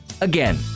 Again